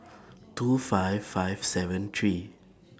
two five five seven three